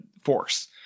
force